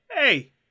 Hey